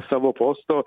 savo posto